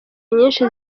nyinshi